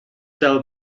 sell